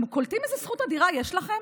אתם קולטים איזו זכות אדירה יש לכם?